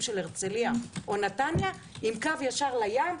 של הרצליה או נתניה עם קו ישר לים.